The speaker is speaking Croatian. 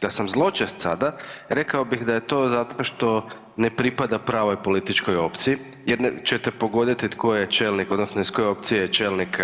Da sam zločest sada rekao bih da je to zato što ne pripada pravoj političkoj opciji jer ćete pogoditi tko je čelnik odnosno iz koje opcije je čelnik